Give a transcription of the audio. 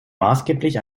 maßgeblich